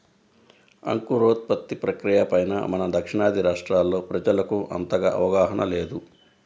అంకురోత్పత్తి ప్రక్రియ పైన మన దక్షిణాది రాష్ట్రాల్లో ప్రజలకు అంతగా అవగాహన లేదు